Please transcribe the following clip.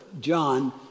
John